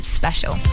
special